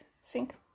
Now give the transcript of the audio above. Sink